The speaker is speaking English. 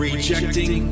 Rejecting